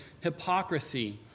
hypocrisy